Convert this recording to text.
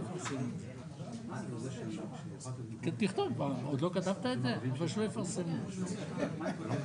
זה כולם למעט החרדים, וזה בסדר גמור.